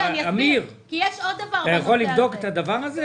אמיר, אתה יכול לבדוק את הדבר הזה?